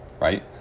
Right